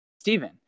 Stephen